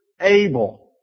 able